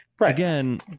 again